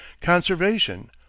Conservation